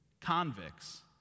convicts